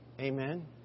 Amen